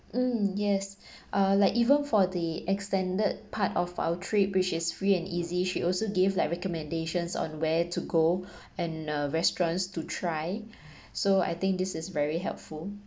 mm yes uh like even for the extended part of our trip which is free and easy she also gave like recommendations on where to go and uh restaurants to try so I think this is very helpful